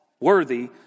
worthy